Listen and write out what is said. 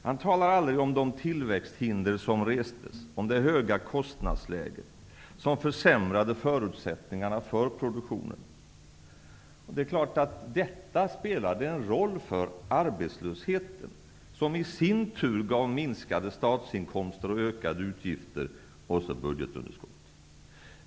Han talar aldrig om de tillväxthinder som restes, om det höga kostnadsläget som försämrade förutsättningarna för produktionen. Det är klart att detta spelade en roll för arbetslösheten. Den gav i sin tur minskade statsinkomster och ökade utgifter, och så ett budgetunderskott.